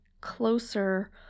closer